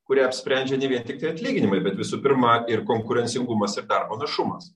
kurią apsprendžia ne vien tiktai atlyginimai bet visų pirma ir konkurencingumas ir darbo našumas